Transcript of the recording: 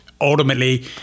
ultimately